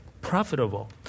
profitable